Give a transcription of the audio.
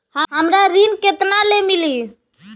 हमरा ऋण केतना ले मिली?